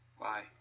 Bye